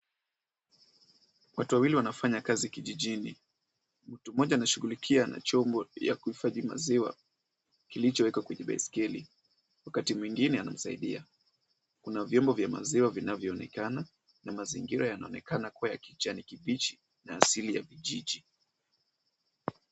Watu wawili wanafanya kazi kijijini. Mtu mmoja anashughulikia na chombo ya kuhifadhi maziwa kilichowekwa kwenye baiskeli. Wakati mwingine anamsaidia. Kuna vyombo vya maziwa vinavyonekana na mazingira inaonekana kuwa ya kijani kibichi na asili ya vijiji.